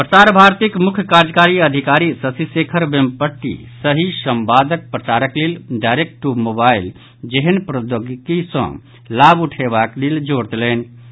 प्रसार भारतीक मुख्य कार्यकारी अधिकारी शशि शेखर वेंपट्टी सही संवादक प्रसारक लेल डायरेक्ट टू मोबाईल जेहन प्रौद्योगिकी सँ लाभ उठेयबाक लेल जोर देलनि अछि